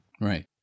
Right